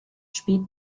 spät